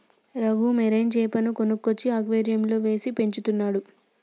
Raghu marine చాపను కొనుక్కొచ్చి అక్వేరియంలో వేసి పెంచుతున్నాడు